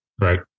Right